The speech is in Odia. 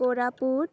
କୋରାପୁଟ